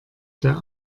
der